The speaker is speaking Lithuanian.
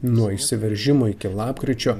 nuo įsiveržimo iki lapkričio